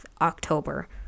October